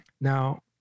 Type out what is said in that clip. Now